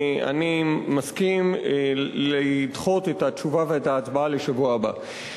אני מסכים לדחות את התשובה ואת ההצבעה לשבוע הבא.